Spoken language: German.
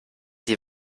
sie